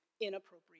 inappropriate